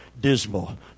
dismal